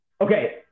Okay